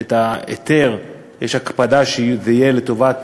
את ההיתר, יש הקפדה שזה יהיה לטובת